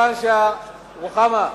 רוחמה,